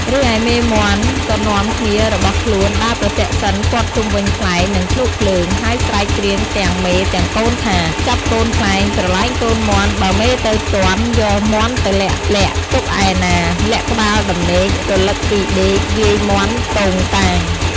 រីឯមេមាន់ក៏នាំគ្នារបស់ខ្លួនដើរប្រទក្សិណព័ទ្ធជុំវិញខ្លែង និងភ្នក់ភ្លើង ហើយស្រែកច្រៀងទាំងមេទាំងកូនថា«ចាប់កូនខ្លែងប្រឡែងកូនមាន់បើមេទៅទាន់ យកមាន់ទៅលាក់លាក់ទុកឯណា លាក់ក្បាលដំណេក រលឹកពីដេក វាយមាន់តូងតាង»។